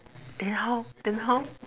then how then how